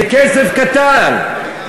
חבר הכנסת זאב, זה כסף קטן,